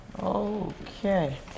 Okay